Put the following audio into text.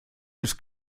ist